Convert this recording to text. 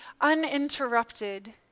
uninterrupted